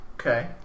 Okay